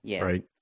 right